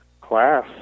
class